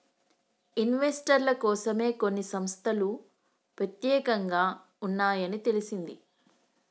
ఇన్వెస్టర్ల కోసమే కొన్ని సంస్తలు పెత్యేకంగా ఉన్నాయని తెలిసింది